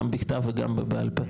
גם בכתב וגם בעל פה.